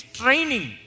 training